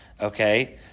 Okay